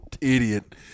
idiot